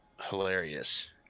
hilarious